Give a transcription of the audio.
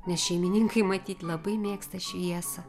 nes šeimininkai matyt labai mėgsta šviesą